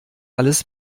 alles